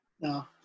No